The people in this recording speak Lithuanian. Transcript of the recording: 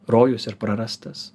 rojus ir prarastas